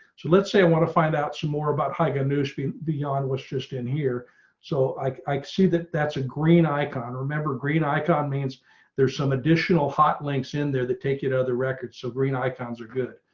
so let's say i want to find out some more about hi. good news feed beyond was just in here. mark arslan so i see that that's a green icon. remember green icon means there's some additional hot links in there that take you to other records so green icons are good.